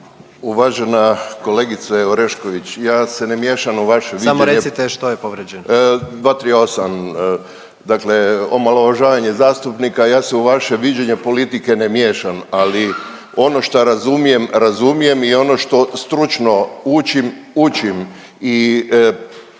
Uvažena kolegice Orešković, ja se miješam u vaš … …/Upadica predsjednik: Samo recite što je povrijeđeno./… 238., dakle omalovažavanje zastupnika. Ja se vaše viđenje politike ne miješam, ali ono šta razumijem, razumijem i ono što stručno učim, učim i